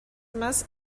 más